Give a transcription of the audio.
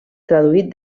traduït